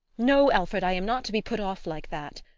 no, alfred, i am not to be put off like that.